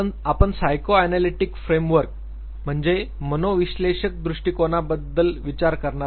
आपण psychoanalytic frame work म्हणजे मनोविश्लेषक दृष्टिकोनाबद्दल विचार करणार आहोत